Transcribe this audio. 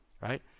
Right